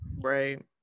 Right